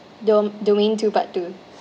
dom~ domain two part two